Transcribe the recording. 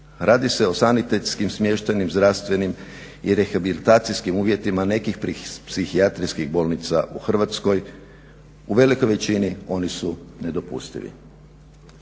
Radi se o sanitetskim, smještajnim, zdravstvenim i rehabilitacijskim uvjetima nekih psihijatrijskih bolnica u Hrvatskoj, u velikoj većini oni su nedopustivi.